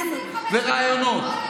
צילומים וראיונות.